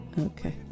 Okay